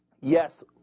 yes